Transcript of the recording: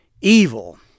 evil